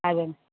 అదే